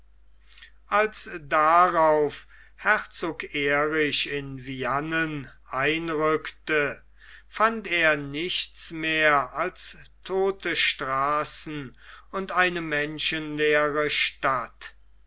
als darauf herzog erich in viane einrückte fand er nichts mehr als todte straßen und eine menschenleere stadt